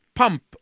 pump